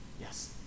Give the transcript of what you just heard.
Yes